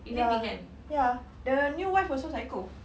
ya ya the new wife also psycho